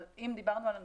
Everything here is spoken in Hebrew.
אבל אם דיברנו על הנגשה,